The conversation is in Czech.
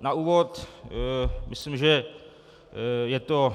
Na úvod: Myslím, že je to